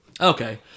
Okay